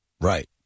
Right